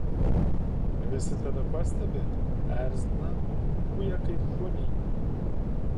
visi tave pastebi erzina uja kaip šunį